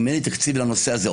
אם אין לי תקציב לנושא הזה,